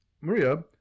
Maria